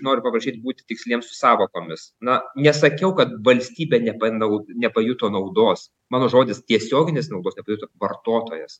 noriu paprašyt būti tiksliems su sąvokomis na nesakiau kad valstybė nepanau nepajuto naudos mano žodis tiesioginės naudos nepajuto vartotojas